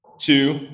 two